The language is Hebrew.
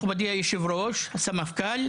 מכובדי היושב ראש והסמפכ״ל,